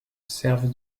servent